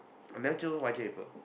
I never jio Y_J people